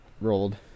rolled